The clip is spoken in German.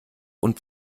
und